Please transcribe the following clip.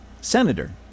senator